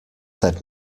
said